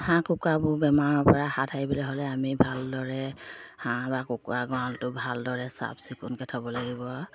হাঁহ কুকুৰাবোৰ বেমাৰৰ পৰা হাত সাৰিবলৈ হ'লে আমি ভালদৰে হাঁহ বা কুকুৰা গঁৰালটো ভালদৰে চাফ চিকুণকৈ থ'ব লাগিব